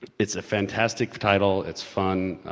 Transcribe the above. it's a fantastic title, it's fun.